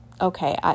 okay